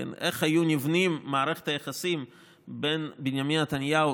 איך היו נבנות מערכות היחסים בין בנימין נתניהו,